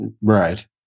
Right